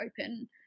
open